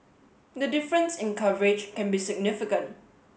the difference in coverage can be significant